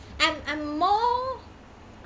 I'm I'm more